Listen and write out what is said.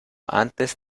antes